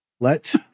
let